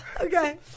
Okay